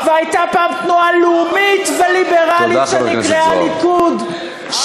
והייתה פעם תנועה לאומית וליברלית שנקראה ליכוד,